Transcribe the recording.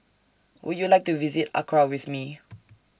Would YOU like to visit Accra with Me